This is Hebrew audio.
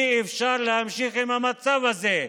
אי-אפשר להמשיך עם המצב הזה.